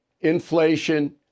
inflation